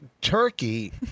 Turkey